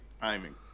timing